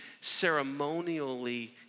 ceremonially